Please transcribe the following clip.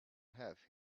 have